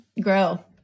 grow